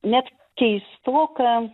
net keistoka